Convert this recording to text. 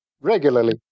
Regularly